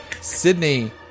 Sydney